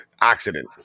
accident